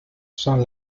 son